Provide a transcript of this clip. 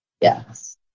Yes